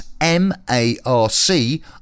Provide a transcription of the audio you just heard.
m-a-r-c